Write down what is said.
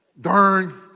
Darn